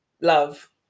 love